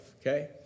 okay